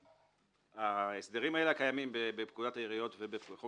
ההסדרים האלה הקיימים בפקודת העיריות ובחוק